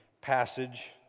passage